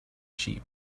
sheep